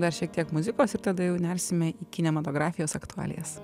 dar šiek tiek muzikos ir tada jau nersime į kinematografijos aktualijas